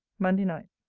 monday night.